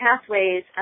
Pathways